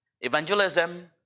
evangelism